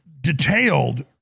detailed